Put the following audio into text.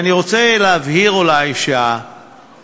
אני רוצה להבהיר אולי שהניסיונות